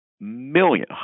Million